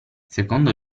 secondo